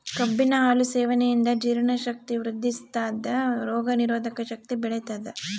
ಕಬ್ಬಿನ ಹಾಲು ಸೇವನೆಯಿಂದ ಜೀರ್ಣ ಶಕ್ತಿ ವೃದ್ಧಿಸ್ಥಾದ ರೋಗ ನಿರೋಧಕ ಶಕ್ತಿ ಬೆಳಿತದ